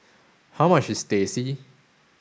how much is Teh C